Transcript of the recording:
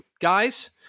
Guys